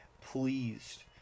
pleased